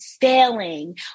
failing